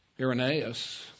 Irenaeus